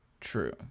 true